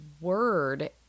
word